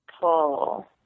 pull